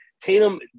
Tatum